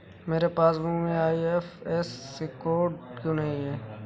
मेरे पासबुक में IFSC code क्यो नहीं है?